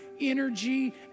energy